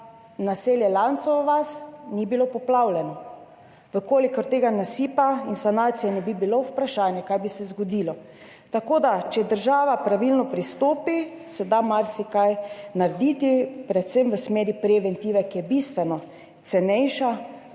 naselje Lancova vas ni bilo poplavljeno. Če tega nasipa in sanacije ne bi bilo, vprašanje, kaj bi se zgodilo. Če država pravilno pristopi, se da marsikaj narediti, predvsem v smeri preventive, ki je bistveno cenejša